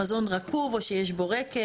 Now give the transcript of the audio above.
המזון רקוב או שיש בו רקב.